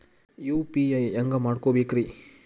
UPI ಹ್ಯಾಂಗ ಮಾಡ್ಕೊಬೇಕ್ರಿ?